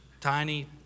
tiny